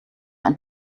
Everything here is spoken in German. ein